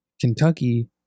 Kentucky